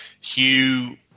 Hugh